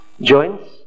Joints